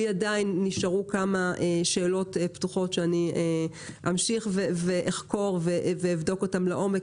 לי עדיין נשארו כמה שאלות פתוחות שאני אמשיך לחקור ולבדוק לעומק,